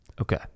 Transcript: Okay